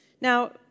Now